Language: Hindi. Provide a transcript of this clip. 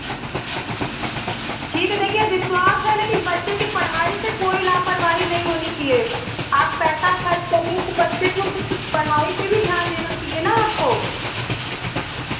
ठीक है देखिए विश्वास है लेकिन बच्चे के पढ़ाई से कोई लापरवाही नहीं होनी चाहिए आप पैसा खर्च कर रही हैं बच्चे को पढ़ाई पर भी ध्यान देना चाहिए ना आपको